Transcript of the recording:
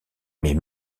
mais